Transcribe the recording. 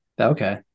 Okay